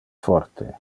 forte